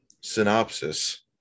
synopsis